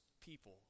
people